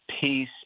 peace